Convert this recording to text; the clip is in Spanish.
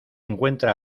encuentra